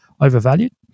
overvalued